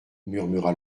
murmura